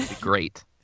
great